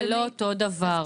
זה לא אותו הדבר.